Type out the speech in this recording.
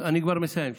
אני כבר מסיים,